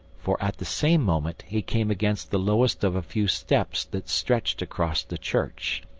for at the same moment he came against the lowest of a few steps that stretched across the church,